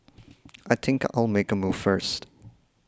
I think I'll make a move first